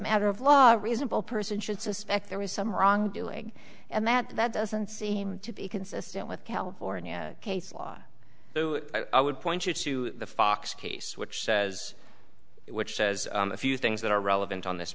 matter of law a reasonable person should suspect there was some wrongdoing and that that doesn't seem to be consistent with california case law so i would point you to the fox case which says it which says a few things that are relevant on this